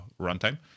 runtime